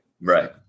Right